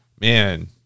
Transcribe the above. Man